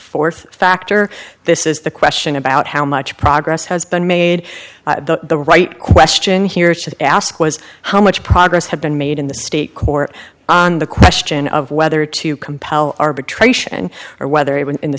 fourth factor this is the question about how much progress has been made the right question here is to ask was how much progress have been made in the state court on the question of whether to compel arbitration or whether it was in the